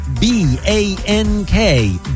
B-A-N-K